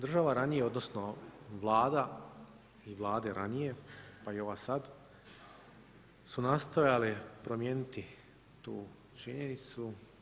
Država ranije, odnosno Vlada i vlade ranije, pa i ova sad su nastojale promijeniti tu činjenicu.